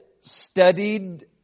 studied